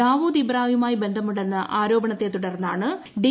ദാവൂദ് ഇബ്രാഹിമുമായി ബന്ധ്മുണ്ടെന്ന ആരോപണത്തെത്തുടർന്നാണ് ഡി